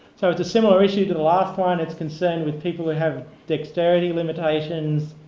so it's a similar issue than the last one. it's concerned with people who have dexterity limitations